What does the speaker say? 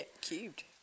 cubed